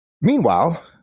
meanwhile